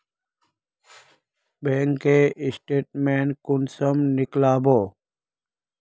Bank के statement कुंसम नीकलावो?